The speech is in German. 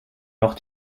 noch